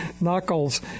knuckles